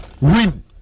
win